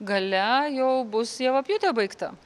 gale jau bus javapjūtė baigta